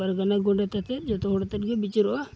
ᱯᱟᱨᱜᱟᱱᱟ ᱜᱚᱰᱮᱛ ᱟᱛᱮᱫ ᱡᱚᱛᱚᱦᱚᱲ ᱟᱛᱮᱜᱮ ᱵᱤᱪᱟᱹᱨᱚᱜᱼᱟ